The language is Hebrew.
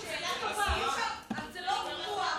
זה לא ויכוח,